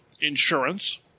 insurance